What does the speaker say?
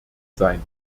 sein